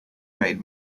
made